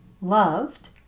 loved